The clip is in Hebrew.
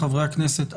וכמובן, חברי הכנסת.